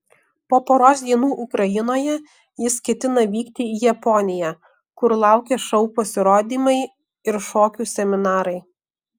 po poros dienų ukrainoje jis ketina vykti į japoniją kur laukia šou pasirodymai ir šokių seminarai